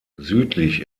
südlich